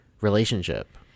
relationship